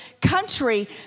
country